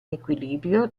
equilibrio